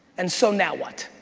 and so now what?